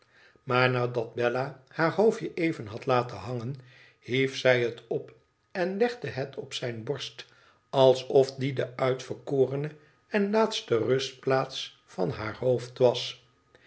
maar nadat bella haar hoofdje even had laten hangen hief zij het op en legde het op zijne borst alsof die de uitverkorene en laatste rustplaats van haar hoofd was